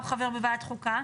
הוא חבר בוועדת חוקה,